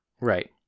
Right